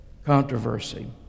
Controversy